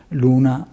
luna